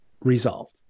resolved